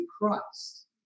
Christ